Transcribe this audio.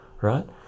right